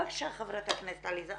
בבקשה, חברת הכנסת עליזה.